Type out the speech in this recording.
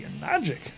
magic